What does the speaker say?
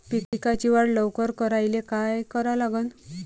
पिकाची वाढ लवकर करायले काय करा लागन?